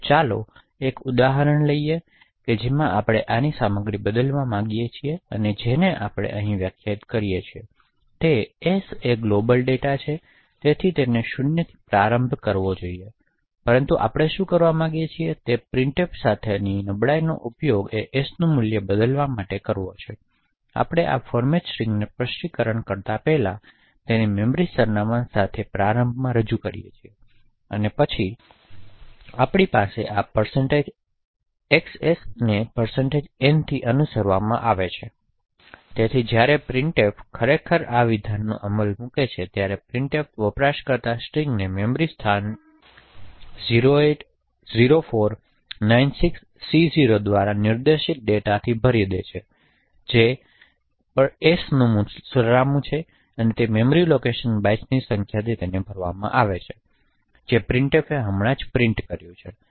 તો ચાલો એક ઉદાહરણ લઈએ જ્યાં આપણે આની સામગ્રીને બદલવા માંગીએ છીએ જેને આપણે અહીં વ્યાખ્યાયિત કરી છે તેથી s એ ગ્લોબલ ડેટા છે તેથી તેને 0થી પ્રારંભ થવો જોઈએ પરંતુ આપણે શું કરવા માંગીએ છીએ તે પ્રિન્ટફ સાથેની નબળાઈનો ઉપયોગ s નું મૂલ્ય બદલવા માટે કરવો જેથી આપણે આ ફૉર્મટ સ્ટ્રિંગને સ્પષ્ટ કરવા પહેલાં આપણે તેના મેમરી સરનામાં સાથે પ્રારંભમાં રજૂ કરીએ છીએ પછી આપણી પાસે આ xs ને n થી અનુસરવામાં આવે છે તેથી જ્યારે પ્રિન્ટફ ખરેખર આ વિધાનને અમલમાં મૂકે છે કે આ પ્રિંટફ વપરાશકર્તા સ્ટ્રિંગ તે મેમરીને સ્થાન 080496C0 દ્વારા નિર્દેશિત ડેટાથી ભરી દેશે જે આવશ્યકપણે s નું સરનામું છે જેથી મેમરી લોકેશન બાઇટ્સની સંખ્યાથી ભરવામાં આવશે જે પ્રિન્ટફે હમણાં પ્રિન્ટ કર્યું છે